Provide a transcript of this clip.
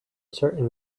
certain